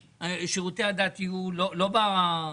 ששירותי הדת יהיו לא בעיריות,